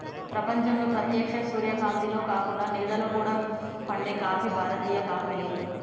ప్రపంచంలో ప్రేత్యక్ష సూర్యకాంతిలో కాకుండ నీడలో కూడా పండే కాఫీ భారతీయ కాఫీయే